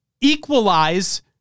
equalize